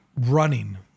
running